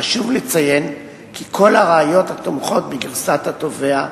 חשוב לציין כי כל הראיות התומכות בגרסת התובע,